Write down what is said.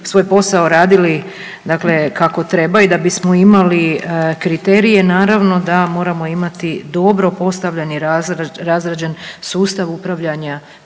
svoj posao radili kako treba i da bismo imali kriterije, naravno da moramo imati dobro postavljeni razrađen sustav upravljanja